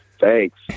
Thanks